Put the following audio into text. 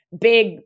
big